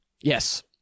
Yes